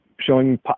showing